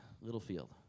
Littlefield